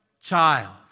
child